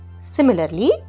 Similarly